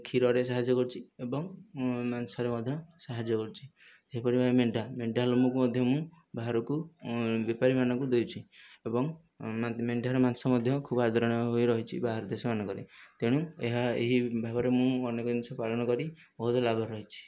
କ୍ଷୀରରେ ସାହାଯ୍ୟ କରୁଛି ଏବଂ ମାଂସରେ ମଧ୍ୟ ସାହାଯ୍ୟ କରୁଛି ସେହିପରି ଭାବରେ ମେଣ୍ଢା ମେଣ୍ଢା ଲୋମକୁ ମଧ୍ୟ ମୁଁ ବାହାରକୁ ବେପାରୀମାନଙ୍କୁ ଦେଉଛି ଏବଂ ମେଣ୍ଢାର ମାଂସ ମଧ୍ୟ ଖୁବ ଆଦରଣୀୟ ହୋଇ ରହିଛି ବାହାର ଦେଶମାନଙ୍କରେ ତେଣୁ ଏହା ଏହି ଭାବରେ ମୁଁ ଅନେକ ଜିନିଷ ପାଳନ କରି ବହୁତ ଲାଭରେ ରହିଛି